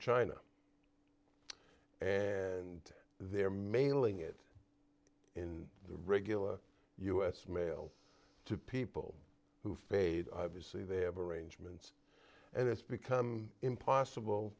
china and they're mailing it in the regular us mail to people who fade obviously they have arrangements and it's become impossible